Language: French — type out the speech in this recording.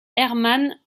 hermann